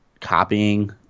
copying